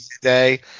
today